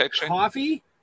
coffee